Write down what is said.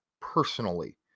personally